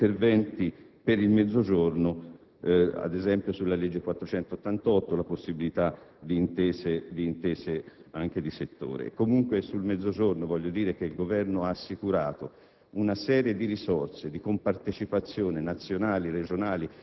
doppio, per il Mezzogiorno, così come lo sblocco degli interventi per il Mezzogiorno, ad esempio sulla legge n. 488, e la possibilità di intese anche di settore. Comunque, per quanto riguarda il Mezzogiorno, voglio dire che il Governo ha assicurato